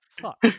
Fuck